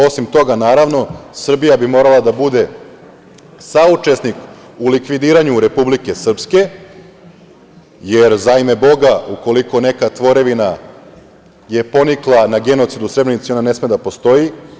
Osim toga naravno Srbija bi morala da bude saučesnik u likvidiranju Republike Srpske, jer za ime Boga ukoliko neka tvorevina je ponikla na genocid u Srebrenici ona ne sme da postoji.